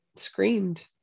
screamed